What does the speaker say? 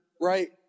right